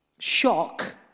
Shock